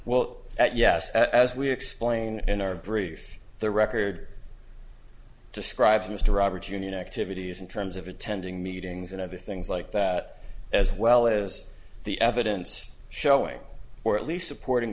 at yes as we explain in our brief the record describes mr roberts union activities in terms of attending meetings and other things like that as well as the evidence showing or at least supporting